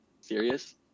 serious